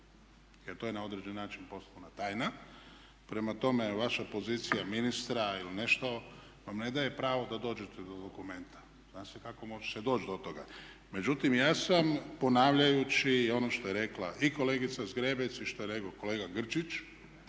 jer to je na određen način poslovna tajna. Prema tome, vaša pozicija ministra ili nešto vam ne daje pravo da dođete do dokumenta, zna se kako se može doći do toga. Međutim, ja sam ponavljajući ono što je rekla i kolegica Zgrebec, i što je rekao kolega Grčić